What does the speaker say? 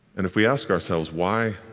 and if we ask ourselves, why